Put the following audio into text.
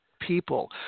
people